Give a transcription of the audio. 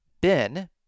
Ben